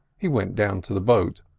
he went down to the boat,